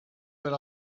per